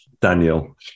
Daniel